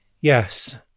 Yes